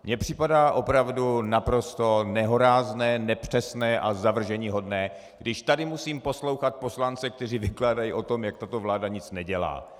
Mně připadá opravdu naprosto nehorázné, nepřesné a zavrženíhodné, když tady musím poslouchat poslance, kteří vykládají o tom, jak tato vláda nic nedělá.